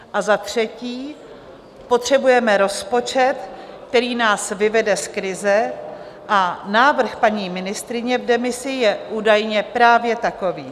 A za třetí, potřebujeme rozpočet, který nás vyvede z krize, a návrh paní ministryně v demisi je údajně právě takový.